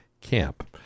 camp